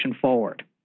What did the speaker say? forward